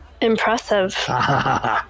Impressive